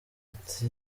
ati